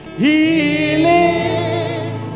healing